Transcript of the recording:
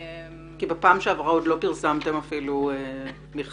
בפעם שעברה נאמר שאפילו לא פרסמתם מכרזים.